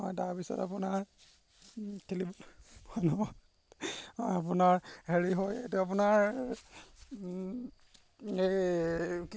হয় তাৰপিছত আপোনাৰ খেলিব হয় আপোনাৰ হেৰি হয় এইটো আপোনাৰ এই